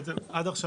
עד עכשיו